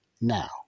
Now